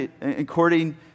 according